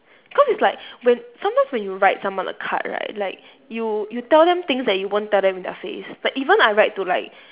cause it's like when sometimes when you write someone a card right like you you tell them things that you won't tell them in their face like even I write to like